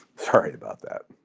sorry about that,